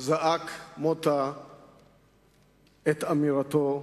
זעק מוטה את אמירתו.